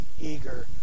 eager